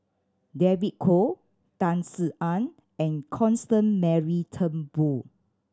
David Kwo Tan Sin Aun and Constance Mary Turnbull